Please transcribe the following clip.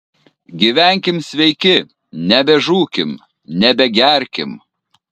gyvenkim sveiki nebežūkim nebegerkim